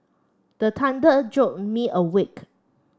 the thunder jolt me awake